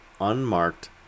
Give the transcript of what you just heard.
unmarked